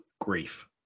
grief